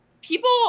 People